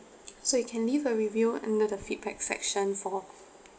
so you can leave a review under the feedback section for